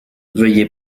veuillez